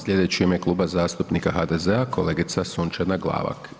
Sljedeći u ime Kluba zastupnika HDZ-a, kolegica Sunčana Glavak.